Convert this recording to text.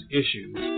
issues